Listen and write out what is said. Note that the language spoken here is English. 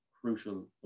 crucial